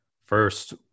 first